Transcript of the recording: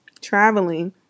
traveling